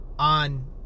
on